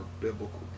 biblical